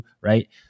right